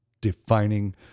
defining